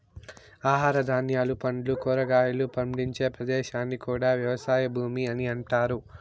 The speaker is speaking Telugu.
ఆహార ధాన్యాలు, పండ్లు, కూరగాయలు పండించే ప్రదేశాన్ని కూడా వ్యవసాయ భూమి అని అంటారు